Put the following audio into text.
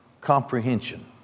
comprehension